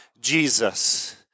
Jesus